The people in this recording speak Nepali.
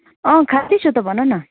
अँ खालि छु त भन न